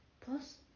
Plus